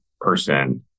person